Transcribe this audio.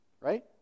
right